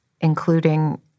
including